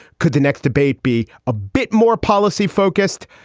could the next debate be a bit more policy focused?